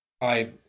I